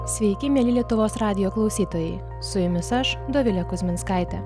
sveiki mieli lietuvos radijo klausytojai su jumis aš dovilė kuzminskaitė